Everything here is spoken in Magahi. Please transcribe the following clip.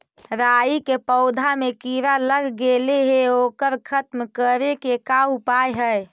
राई के पौधा में किड़ा लग गेले हे ओकर खत्म करे के का उपाय है?